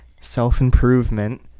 self-improvement